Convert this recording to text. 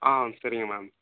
ஆ சரிங்க மேம்